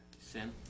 Sin